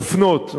אופנות.